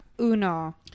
Uno